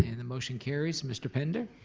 and the motion carries. mr. pender.